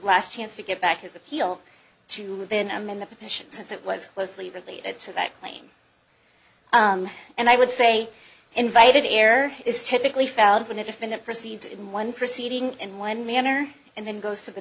last chance to get back his appeal to have been i'm in the position since it was closely related to that claim and i would say invited air is typically found when a defendant proceeds in one proceeding in one manner and then goes to the